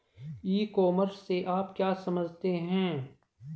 ई commerce से आप क्या समझते हैं?